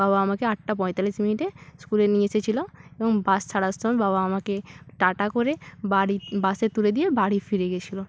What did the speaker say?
বাবা আমাকে আটটা পঁয়তাল্লিশ মিনিটে স্কুলে নিয়ে এসেছিলো এবং বাস ছাড়ার সময় বাবা আমাকে টাটা করে বাড়ি বাসে তুলে দিয়ে বাড়ি ফিরে গেছিলো